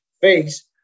face